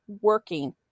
working